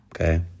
okay